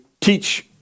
teach